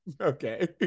okay